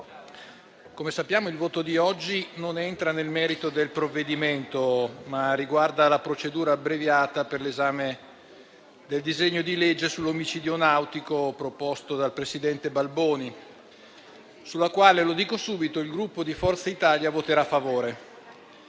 come sappiamo il voto di oggi non entra nel merito del provvedimento, ma riguarda la procedura abbreviata per l'esame del disegno di legge sull'omicidio nautico, proposto dal presidente Balboni, sulla quale dico subito che il Gruppo Forza Italia voterà a favore.